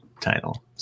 title